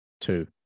Two